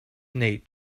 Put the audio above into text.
nate